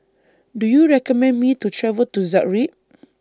Do YOU recommend Me to travel to Zagreb